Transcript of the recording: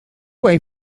way